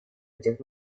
этих